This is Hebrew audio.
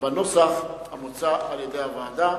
ובקריאה השלישית בנוסח המוצע על-ידי הוועדה.